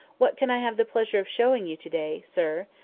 what can i have the pleasure of showing you to-day, sir?